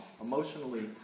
emotionally